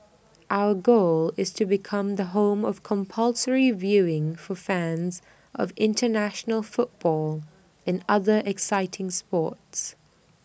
our goal is to become the home of compulsory viewing for fans of International football and other exciting sports